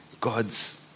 God's